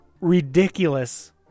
ridiculous